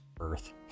Earth